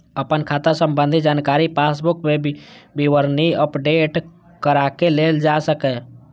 अपन खाता संबंधी जानकारी पासबुक मे विवरणी अपडेट कराके लेल जा सकैए